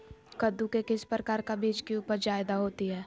कददु के किस प्रकार का बीज की उपज जायदा होती जय?